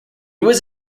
was